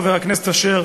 חבר הכנסת אשר,